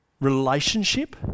relationship